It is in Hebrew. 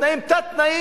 בתנאים שהם תת-תנאים,